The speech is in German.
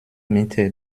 mitte